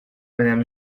madame